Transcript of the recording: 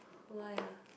why ah